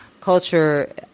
culture